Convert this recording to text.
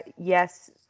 yes